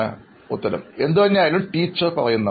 അഭിമുഖം സ്വീകരിക്കുന്നയാൾ എന്തുതന്നെയായാലും ടീച്ചർ പറയുന്നവ